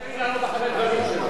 אז תאפשר לי לעלות אחרי הדברים שלו.